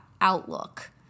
outlook